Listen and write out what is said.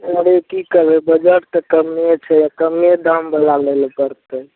अरे की करबय बजट तऽ कम्मे छै आओर कम्मे दामवला लै लए पड़तै